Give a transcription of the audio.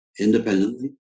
independently